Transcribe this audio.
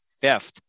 fifth